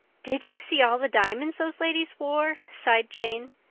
did you see all the diamonds those ladies wore? sighed jane.